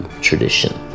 tradition